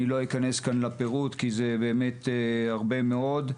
אני לא אכנס כאן לפירוט כי זה באמת הרבה מאוד.